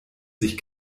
sich